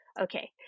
Okay